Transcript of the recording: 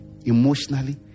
emotionally